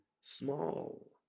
small